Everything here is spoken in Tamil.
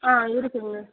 ஆ இருக்குதுங்க